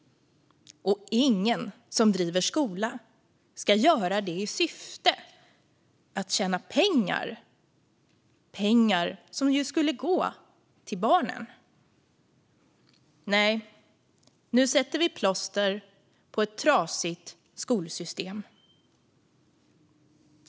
Och ingen som driver skola ska göra det i syfte att tjäna pengar som skulle gå till barnen. Nej, nu sätter vi plåster på ett trasigt skolsystem.